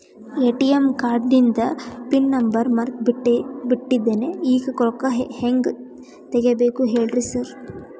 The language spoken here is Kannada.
ಎ.ಟಿ.ಎಂ ಕಾರ್ಡಿಂದು ಪಿನ್ ನಂಬರ್ ಮರ್ತ್ ಬಿಟ್ಟಿದೇನಿ ಈಗ ರೊಕ್ಕಾ ಹೆಂಗ್ ತೆಗೆಬೇಕು ಹೇಳ್ರಿ ಸಾರ್